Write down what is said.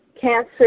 cancer